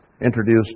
introduced